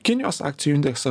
kinijos akcijų indeksą